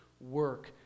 work